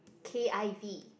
K I V